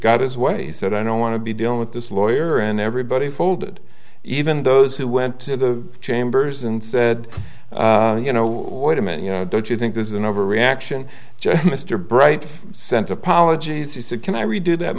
got his way he said i don't want to be dealing with this lawyer and everybody folded even those who went to the chambers and said you know wait a minute you know don't you think this is an overreaction mr bright sent apologies he said can i redo that